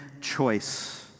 choice